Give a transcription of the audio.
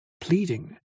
pleading